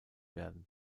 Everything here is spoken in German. werden